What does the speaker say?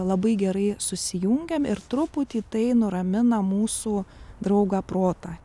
labai gerai susijungiam ir truputį tai nuramina mūsų draugą protą